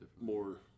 more